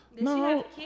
No